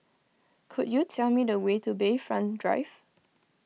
could you tell me the way to Bayfront Drive